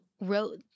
wrote